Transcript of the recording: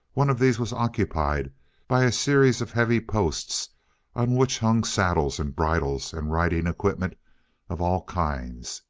one of these was occupied by a series of heavy posts on which hung saddles and bridles and riding equipment of all kinds,